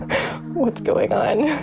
what's going on?